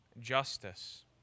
justice